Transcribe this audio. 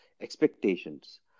expectations